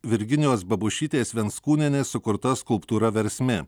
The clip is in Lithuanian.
virginijos babušytės venckūnienės sukurta skulptūra versmė